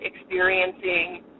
experiencing